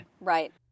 Right